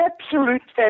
absolute